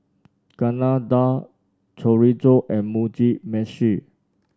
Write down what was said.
Chana Dal Chorizo and Mugi Meshi